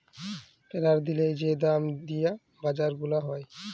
প্যরের দিলের যে দাম দিয়া বাজার গুলা হ্যয়